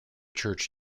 church